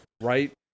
right